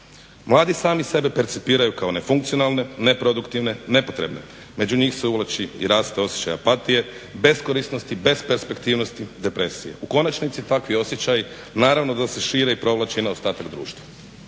Mladi sami sebe percipiraju kao nefunkcionalne, neproduktivne, nepotrebne. Među njih se uvlači i raste osjećaj apatije, beskorisnosti, besperspektivnosti, depresije. U konačnici takvi osjećaji naravno da se šire i provlači na ostatak društva.